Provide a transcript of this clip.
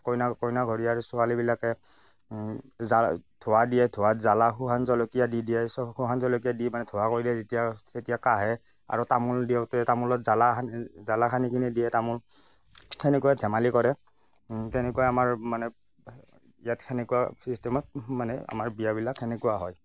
কইনা কইনা ঘৰীয়াৰ ছোৱালীবিলাকে জা ধোঁৱা দিয়ে ধোঁৱাত জ্ৱলা শুকান জলকীয়া দি দিয়ে চব শুকান জলকীয়া দি মানে ধোঁৱা কৰি দিয়ে যেতিয়া যেতিয়া কাঁহে আৰু তামোল দিওঁতে তামোলত জ্বালা সানি জ্ৱালা সানি কিনি দিয়ে তামোল তেনেকুৱা ধেমালি কৰে তেনেকুৱা আমাৰ মানে ইয়াত তেনেকুৱা চিষ্টেমত মানে আমাৰ বিয়াবিলাক তেনেকুৱা হয়